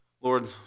Lord